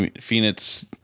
Phoenix